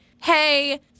hey